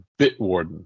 Bitwarden